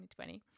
2020